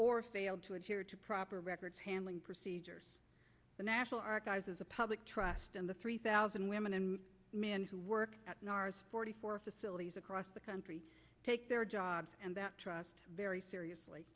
or failed to adhere to proper records handling procedures the national archives is a public trust and the three thousand women and men who work in r s forty four facilities across the country take their jobs and that trust very seriously